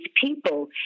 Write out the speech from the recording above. people